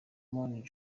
mont